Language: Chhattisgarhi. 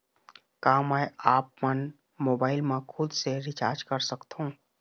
का मैं आपमन मोबाइल मा खुद से रिचार्ज कर सकथों?